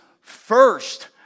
first